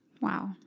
Wow